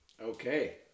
Okay